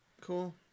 Cool